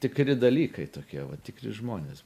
tikri dalykai tokie va tikri žmonės